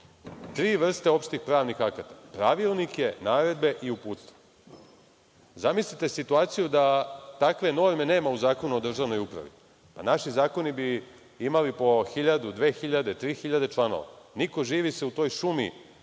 tri vrste opštih pravnih akata - pravilnike, naredbe i uputstva. Zamislite situaciju da takve norme nema u Zakonu o državnoj upravi, naši zakoni bi imali po 1000, 2000, 3000 članova. Niko živi se u toj šumi